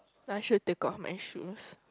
I should take off my shoes